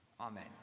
Amen